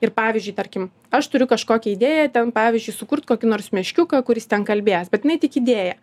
ir pavyzdžiui tarkim aš turiu kažkokią idėją ten pavyzdžiui sukurt kokį nors meškiuką kuris ten kalbės bet jinai tik idėja